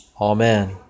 Amen